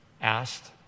asked